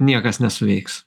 niekas nesuveiks